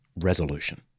resolution